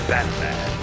Batman